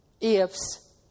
ifs